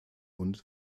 und